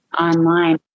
online